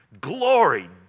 Glory